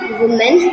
woman